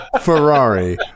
Ferrari